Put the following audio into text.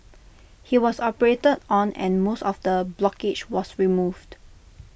he was operated on and most of the blockage was removed